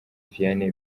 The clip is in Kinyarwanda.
vianney